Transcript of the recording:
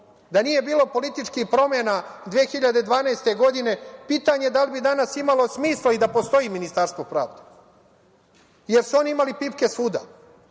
Da nije bilo političkih promena 2012. godine pitanje je da li bi danas imalo smisla i da postoji Ministarstvo pravde, jer su oni imali pipke svuda.28/2